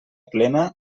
plena